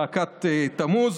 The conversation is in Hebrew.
להקת תמוז.